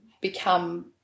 become